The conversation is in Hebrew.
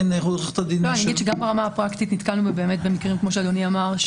גם ברמה הפרקטית נתקלנו במקרים כמו שאדוני אמר.